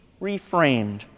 reframed